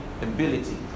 ability